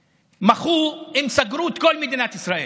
מחו, הם סגרו את כל מדינת ישראל,